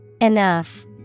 Enough